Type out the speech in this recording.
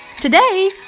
Today